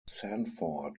sanford